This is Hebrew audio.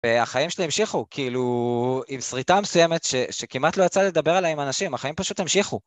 והחיים שלי המשיכו, כאילו עם שריטה מסוימת שכמעט לא יצא לדבר עליה עם אנשים, החיים פשוט המשיכו.